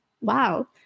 wow